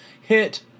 Hit